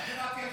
מה זה מה הקשר?